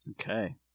Okay